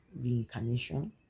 reincarnation